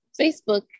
Facebook